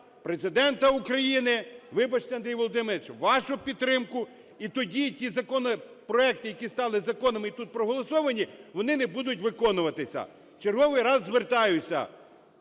Президента України, вибачте, Андрій Володимирович, вашу підтримку. І тоді ті законопроекти, які стали законами і тут проголосовані, вони не будуть виконуватися. В черговий раз звертаюся: